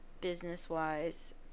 business-wise